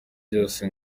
byose